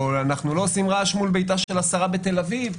או אנחנו לא עושים רעש מול ביתה של השרה בתל אביב,